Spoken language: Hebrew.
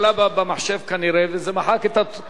וזה מחק את תוצאות ההצבעה.